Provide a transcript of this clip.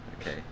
okay